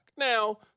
Now